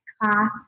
class